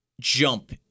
jump